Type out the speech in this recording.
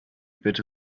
bitte